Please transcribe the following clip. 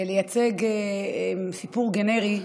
לייצג סיפור גנרי,